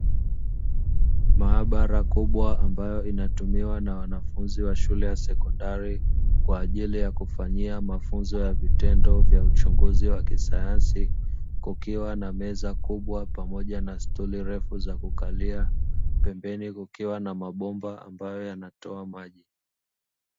Maabara kubwa ambayo inatumiwa na wanafunzi wa sekondari kwa ajili ya kufanyia mafunzo ya vitendo vya uchunguzi wa kisayansi kukiwa na meza kubwa pamoja na stuli refu za kukalia, pembeni kukiwa na mabomba ambayo yanatoa maji.